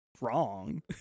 wrong